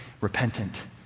repentant